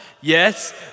Yes